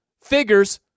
Figures